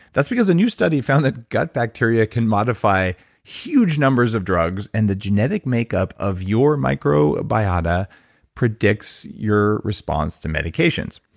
that's because a new study found that gut bacteria can modify huge numbers of drugs and the genetic makeup of your microbiota predicts your response to medications.